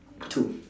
two